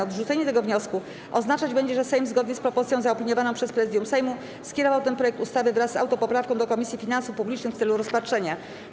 Odrzucenie tego wniosku oznaczać będzie, że Sejm zgodnie z propozycją zaopiniowaną przez Prezydium Sejmu skierował ten projekt ustawy wraz z autopoprawką do Komisji Finansów Publicznych w celu rozpatrzenia.